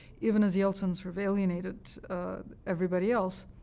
even as yeltsin sort of alienated everybody else,